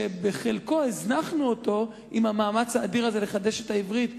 שאת חלקו הזנחנו עם המאמץ האדיר הזה לחדש את העברית,